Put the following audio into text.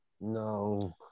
No